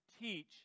teach